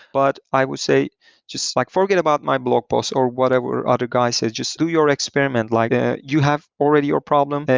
but i would say like forget about my blog post, or whatever other guys say. just do your experiment. like ah you have already your problem,